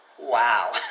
Wow